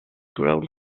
grown